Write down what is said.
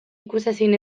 ikusezin